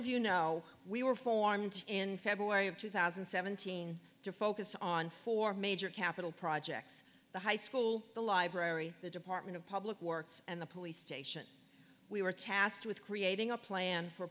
of you know we were formed in february of two thousand and seventeen to focus on four major capital projects the high school the library the department of public works and the police station we were tasked with creating a plan for